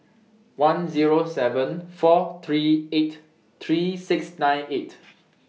one Zero seven four three eight three six nine eight